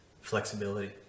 flexibility